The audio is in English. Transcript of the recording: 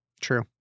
True